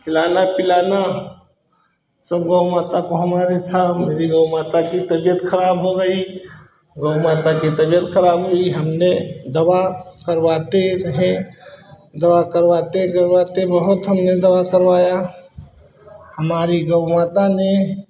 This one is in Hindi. खिलाना पिलाना सब गौ माता को हम लोग उठा गौ माता की तबियत खराब हो गई गौ माता की तबियत खराब हुई हमने दवा करवाते रहे दवा करवाते करवाते बहुत हमने दवा करवाया हमारी गौ माता ने